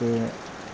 সেই